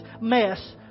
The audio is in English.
mess